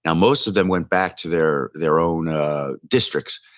and most of them went back to their their own ah districts.